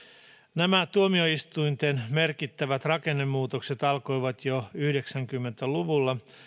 nämä tuomioistuinten merkittävät rakennemuutokset alkoivat jo yhdeksänkymmentä luvulla